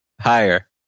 Higher